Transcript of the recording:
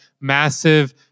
massive